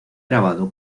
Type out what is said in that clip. grabado